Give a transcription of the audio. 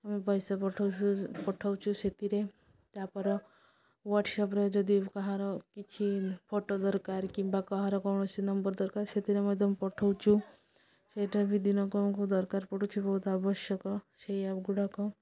ଆମେ ପଇସା ପଠଉଛୁ ସେଥିରେ ତା ହ୍ୱାଟ୍ସପ୍ରେ ଯଦି କାହାର କିଛି ଫୋଟୋ ଦରକାର କିମ୍ବା କାହାର କୌଣସି ନମ୍ବର୍ ଦରକାର୍ ସେଥିରେ ମଧ୍ୟ ତ ପଠଉଛୁ ସେଇଟା ବି ଦିନକୁ ଆମକୁ ଦରକାର ପଡ଼ୁଛି ବହୁତ ଆବଶ୍ୟକ ସେଇ ଆପ୍ ଗୁଡ଼ାକ